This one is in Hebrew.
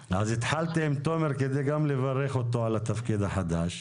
התחלתי עם תומר כדי לברך אותו על התפקיד החדש.